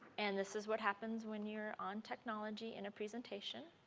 and this is what happens when you're on technology in a presentation